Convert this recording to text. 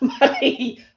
money